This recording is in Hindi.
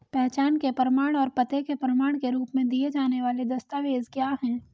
पहचान के प्रमाण और पते के प्रमाण के रूप में दिए जाने वाले दस्तावेज क्या हैं?